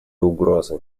угрозы